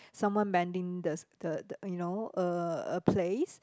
someone banding the the you know a a place